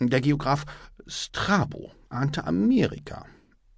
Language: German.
der geograph strabo ahnte amerika